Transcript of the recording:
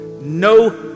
No